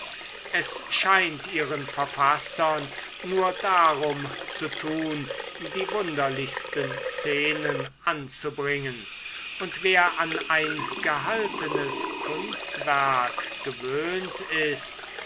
es scheint ihren verfassern nur darum zu tun die wunderlichsten szenen anzubringen und wer an ein gehaltenes kunstwerk gewöhnt ist